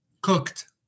Cooked